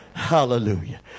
Hallelujah